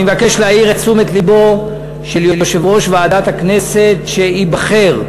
אני מבקש להעיר את תשומת לבו של יושב-ראש ועדת הכנסת שייבחר,